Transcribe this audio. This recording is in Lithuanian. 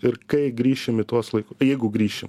ir kai grįšim į tuos jeigu grįši